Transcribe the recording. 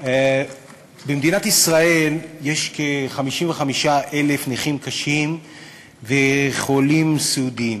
במדינת ישראל יש כ-55,000 נכים קשים וחולים סיעודיים.